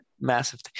massive